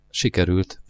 sikerült